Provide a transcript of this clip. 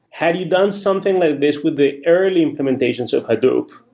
had you done something like this with the early implementations of hadoop?